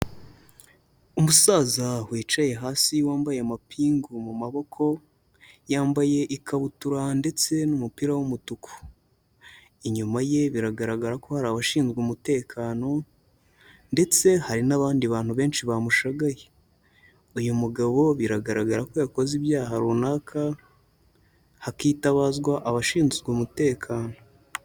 Umusaza wicaye hasi wambaye amapingu mu maboko, yambaye ikabutura ndetse n'umupira w'umutuku. Inyuma ye biragaragara ko hari abashinzwe umutekano, ndetse hari n'abandi bantu benshi bamushagaye. Uyu mugabo biragaragara ko yakoze ibyaha runaka, hakitabazwa abashinzwe umutekano.